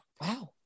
Wow